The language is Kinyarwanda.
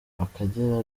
akagera